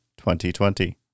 2020